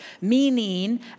meaning